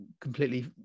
completely